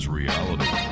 reality